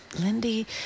Lindy